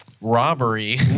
robbery